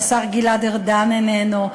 השר גלעד ארדן איננו.